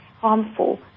harmful